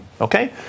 okay